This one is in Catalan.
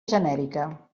genèrica